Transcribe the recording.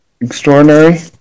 extraordinary